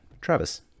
Travis